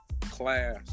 class